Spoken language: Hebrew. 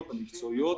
יש מתווים שונים.